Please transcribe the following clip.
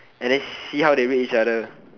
and then see how they rate each other